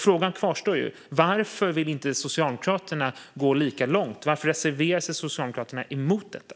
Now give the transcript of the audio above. Frågan kvarstår varför Socialdemokraterna inte vill gå lika långt. Varför reserverar sig Socialdemokraterna mot detta?